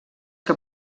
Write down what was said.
que